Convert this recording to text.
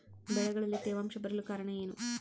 ಬೆಳೆಗಳಲ್ಲಿ ತೇವಾಂಶ ಬರಲು ಕಾರಣ ಏನು?